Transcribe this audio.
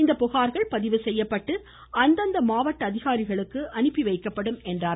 இந்த புகார்கள் பதிவு செய்யப்பட்டு அந்தந்த மாவட்ட அதிகாரிகளுக்கு அனுப்பிவைக்கப்படும் என்று தெரிவித்தார்